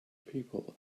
people